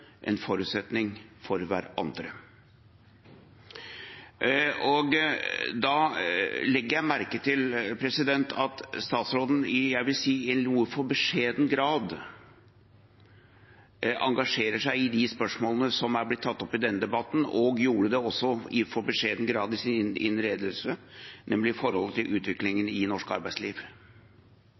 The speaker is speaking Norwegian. en forutsetning for hverandre. Jeg legger merke til at statsråden i en noe for beskjeden grad, vil jeg si, engasjerer seg i de spørsmålene som er blitt tatt opp i denne debatten – og gjorde det også i for beskjeden grad i sin redegjørelse – om forholdet til utviklingen i norsk arbeidsliv.